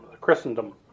Christendom